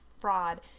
fraud